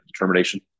determination